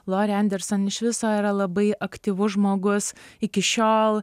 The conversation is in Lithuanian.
lori anderson iš viso yra labai aktyvus žmogus iki šiol